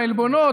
העלבונות,